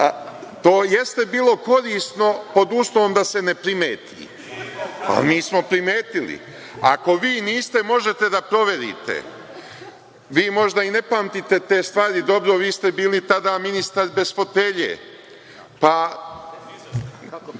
to jeste bilo korisno pod uslovom da se ne primeti, ali nismo primetili. Ako vi niste, možete da proverite, vi možda i ne pamtite te stvari dobro, vi ste bili tada ministar bez fotelje, pa